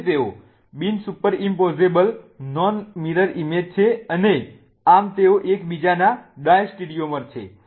તેથી તેઓ બિન superimposable non mirror image છે અને આમ તેઓ એકબીજાના ડાયસ્ટેરિયોમર છે